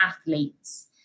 athletes